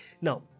Now